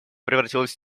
превратилась